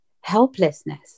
helplessness